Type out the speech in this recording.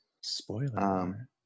Spoiler